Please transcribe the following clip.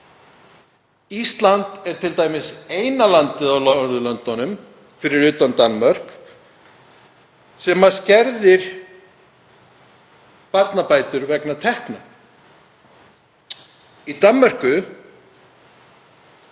Ísland er t.d. eina landið á Norðurlöndunum fyrir utan Danmörku sem skerðir barnabætur vegna tekna. Í Danmörku